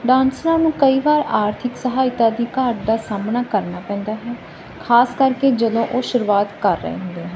ਡਾਂਸਰਾਂ ਨੂੰ ਕਈ ਵਾਰ ਆਰਥਿਕ ਸਹਾਇਤਾ ਦੀ ਘਾਟ ਦਾ ਸਾਹਮਣਾ ਕਰਨਾ ਪੈਂਦਾ ਹੈ ਖਾਸ ਕਰਕੇ ਜਦੋਂ ਉਹ ਸ਼ੁਰੂਆਤ ਕਰ ਰਹੇ ਹੁੰਦੇ